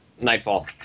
Nightfall